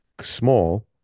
small